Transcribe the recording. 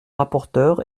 rapporteur